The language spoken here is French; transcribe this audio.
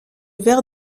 verre